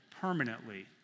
permanently